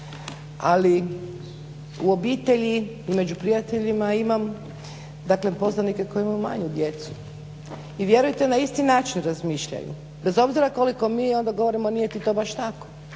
ali u obitelji i među prijateljima imam dakle poznanike koji imaju manju djecu i vjerujte na isti način razmišljamo bez obzira koliko mi onda govorimo nije ti to baš tako.